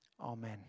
amen